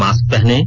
mask पहनें